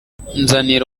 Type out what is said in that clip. nzanira